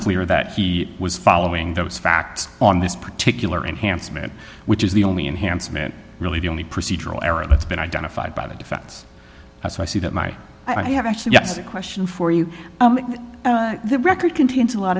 clear that he was following those facts on this particular enhancement which is the only enhancement really the only procedural error that's been identified by the defense so i see that my i have actually yes question for you the record contains a lot